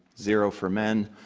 zero for men.